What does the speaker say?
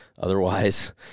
Otherwise